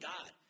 God